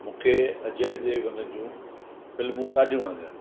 मूंखे अजय देवगन जूं फिल्मूं ॾाढी वणदियूं आहिनि